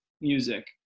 music